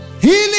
Healing